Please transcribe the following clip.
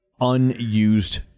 unused